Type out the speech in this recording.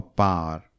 power